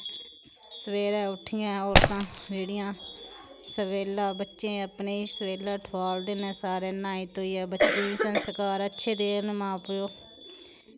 सवेरै उट्ठियै औरतां जेह्ड़ियां सवेल्ला बच्चें अपने सवेल्ला ठोआलदे न सारे न्हाई धोइयै बच्चें गी बी संस्कार अच्छे देन मां प्यो